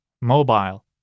mobile